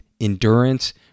endurance